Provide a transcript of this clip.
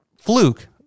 Fluke